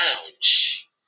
lounge